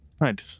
Right